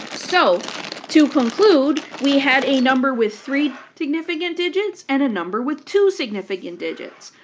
so to conclude, we had a number with three significant digits and a number with two significant digits.